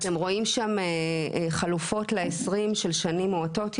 אתם רואים שם חלופות ל-20 של שנים מואטות יותר.